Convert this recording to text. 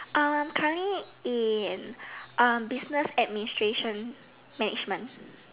uh I'm currently in uh business administration management